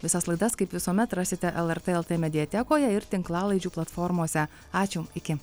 visas laidas kaip visuomet rasite lrt lt mediatekoje ir tinklalaidžių platformose ačiū iki